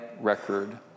record